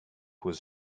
was